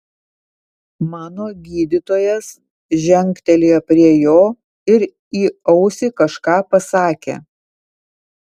mano gydytojas žengtelėjo prie jo ir į ausį kažką pasakė